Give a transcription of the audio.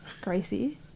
Gracie